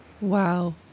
Wow